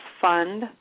Fund